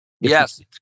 Yes